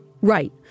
Right